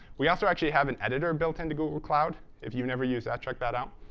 we also actually have an editor built into google cloud. if you've never used that, check that out.